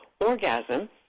orgasm